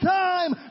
time